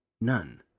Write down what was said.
None